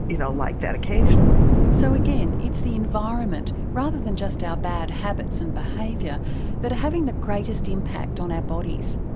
you know, like that occasionally. so again, it's the environment rather than just our bad habits and behaviour that are having the greatest impact on our bodies.